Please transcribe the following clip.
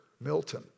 Milton